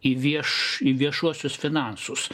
į vieš į viešuosius finansus